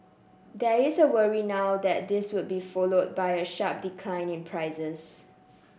there is a worry now that this would be followed by a sharp decline in prices